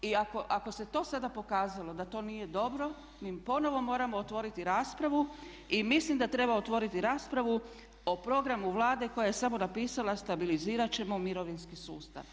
I ako se to sada pokazalo da to nije dobro mi ponovno moramo otvoriti raspravu i mislim da treba otvoriti raspravu o programu Vlade koja je samo napisala stabilizirat ćemo mirovinski sustav.